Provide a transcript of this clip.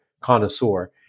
Connoisseur